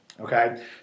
okay